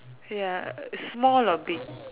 ya small or big